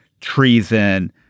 treason